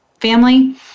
family